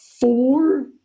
four